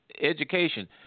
education